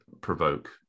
provoke